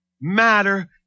matter